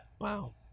Wow